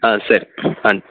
ஆ சரி ஆ